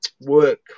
work